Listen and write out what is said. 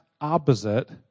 opposite